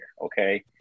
okay